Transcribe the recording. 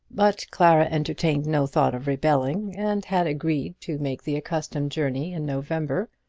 but clara entertained no thought of rebelling, and had agreed to make the accustomed journey in november,